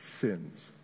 sins